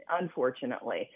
unfortunately